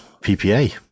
PPA